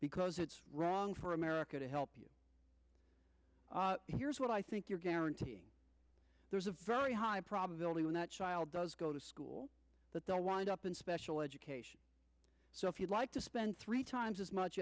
because it's wrong for america to help you here's what i think you're guaranteeing there's a very high probability when that child does go to school that they'll wind up in special education so if you'd like to spend three times as much